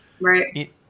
right